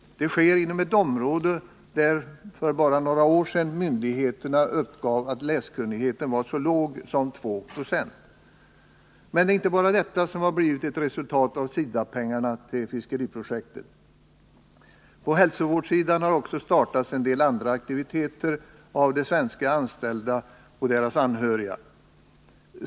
Det sker inom ett område där för bara några år sedan myndigheterna uppgav att läskunnigheten var så låg som 2 96. Men det är inte bara detta som blivit resultatet av SIDA-pengarna till fiskeriprojektet. På hälsovårdssidan har också startats en del andra aktiviteter av de svenska anställda och deras anhöriga.